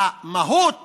המהות